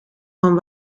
van